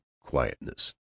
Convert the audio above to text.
quietness